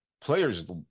Players